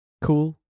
cool